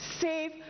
save